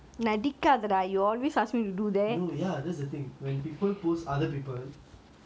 no ya that's the thing when people post other people but they don't post only with me